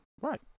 right